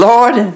Lord